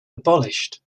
abolished